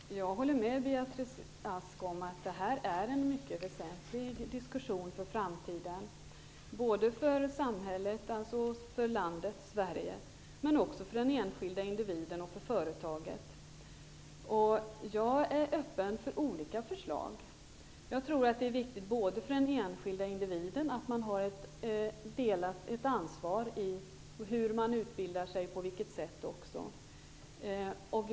Fru talman! Jag håller med Beatrice Ask om att det här en mycket väsentlig diskussion för framtiden, både för Sverige som land och för den enskilde individen och företaget. Jag är öppen för olika förslag. Jag tror att det för den enskilde individen är viktigt att man har ett delat ansvar både för utbildningen och för hur den genomförs.